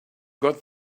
got